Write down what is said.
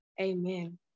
amen